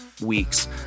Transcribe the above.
weeks